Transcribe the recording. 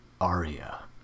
Aria